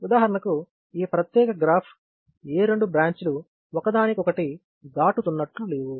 ఉదాహరణకు ఈ ప్రత్యేక గ్రాఫ్ ఏ రెండు బ్రాంచ్ లు ఒకదానికొకటి దాటుతున్నట్లు లేవు